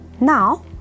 now